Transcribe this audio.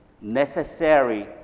necessary